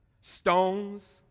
stones